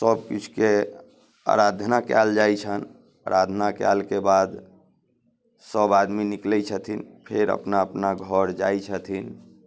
सब किछुके अराधना कयल जाइ छनि अराधना कयलके बाद सब आदमी निकलै छथिन फेर अपना अपना घऽर जाइ छथिन